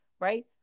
right